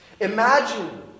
Imagine